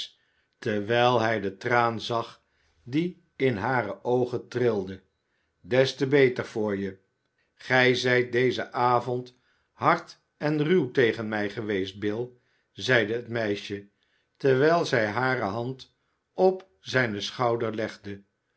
terwijl hij den traan zag die in hare oogen trilde des te beter voor je gij zijt dezen avond hard en ruw tegen mij geweest bill zeide het meisje terwijl zij hare hand op zijn schouder legde